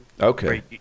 Okay